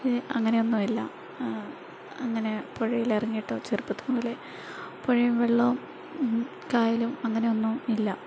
അങ്ങനെയൊന്നും ഇല്ല അങ്ങനെ പുഴയിൽ എറങ്ങിയിട്ടോ ചെറുപ്പം മുതലേ പുഴയും വെള്ളവും കായലും അങ്ങനെ ഒന്നും ഇല്ല